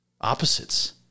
opposites